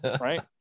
right